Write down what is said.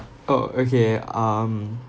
oh okay um